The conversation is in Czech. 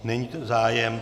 Není zájem.